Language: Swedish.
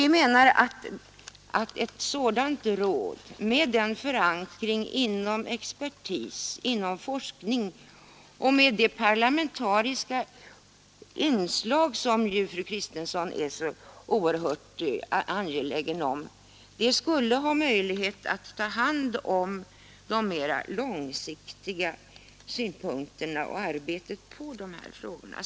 Vi menar att ett sådant råd, med förankring inom expertis och inom forskning och med det parlamentariska inslag som fru Kristensson är så oerhört angelägen om, skulle ha möjlighet att ta hand om arbetet rörande de här frågorna ur de mera långsiktiga synpunkterna.